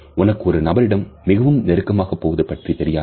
உனக்கு ஒரு நபரிடம் மிகவும் நெருக்கமாக போவது பற்றி தெரியாது